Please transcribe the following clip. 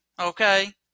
okay